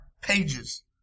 pages